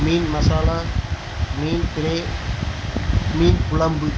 மீன் மசாலா மீன் ப்ரை மீன் குழம்பு